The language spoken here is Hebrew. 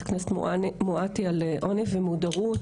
הכנסת אמילי מואטי על עוני ומודעות.